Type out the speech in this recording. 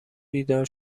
بیدار